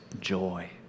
joy